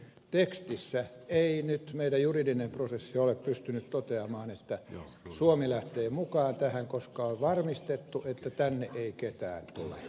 tekstissä ei nyt meidän juridinen prosessi ole pystynyt toteamaan että suomi lähtee mukaan tähän koska on varmistettu että tänne ei ketään tule